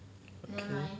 okay